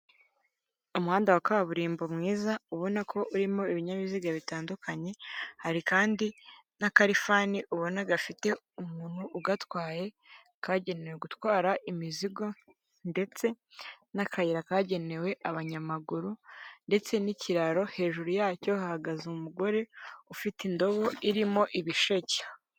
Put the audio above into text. Umuhanda wa kaburimbo mwiza ubona ko urimo ibinyabiziga bitandukanye, hari kandi n'akalifani ubona gafite umuntu ugatwaye kagenewe gutwara imizigo ndetse n'akayira kagenewe abanyamaguru ndetse n'ikiraro hejuru yacyo hahagaze umugore ufite indobo irimo ibisheke.